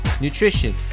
nutrition